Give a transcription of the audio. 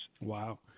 Wow